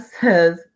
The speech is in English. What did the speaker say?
says